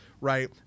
right